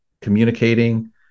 communicating